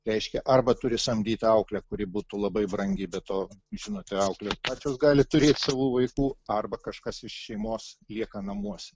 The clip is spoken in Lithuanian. reiškia arba turi samdyt auklę kuri būtų labai brangi be to žinote auklės pačios gali turėt savų vaikų arba kažkas iš šeimos lieka namuose